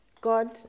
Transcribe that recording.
God